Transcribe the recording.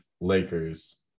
Lakers